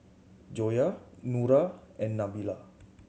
Joyah Nura and Nabila